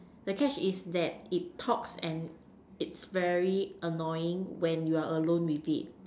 the catch is that it talks and it's very annoying when you are alone with it